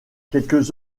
quelques